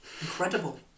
incredible